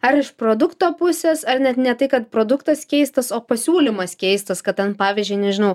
ar iš produkto pusės ar net ne tai kad produktas keistas o pasiūlymas keistas kad ten pavyzdžiui nežinau